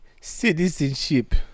citizenship